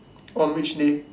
on which day